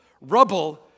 rubble